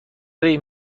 این